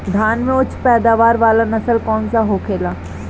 धान में उच्च पैदावार वाला नस्ल कौन सा होखेला?